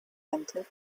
entered